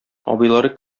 абыйлары